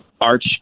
arch